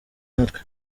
natwe